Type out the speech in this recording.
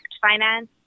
finance